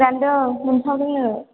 रान्दों मोनसावदों नो